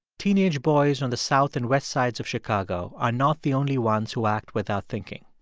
teenage boys on the south and west sides of chicago are not the only ones who act without thinking.